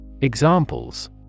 Examples